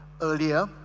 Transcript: earlier